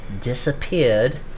disappeared